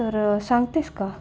तर सांगतेस का